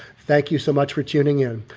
thank you so much for tuning in.